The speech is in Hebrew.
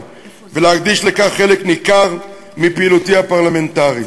ולהקדיש לכך חלק ניכר מפעילותי הפרלמנטרית.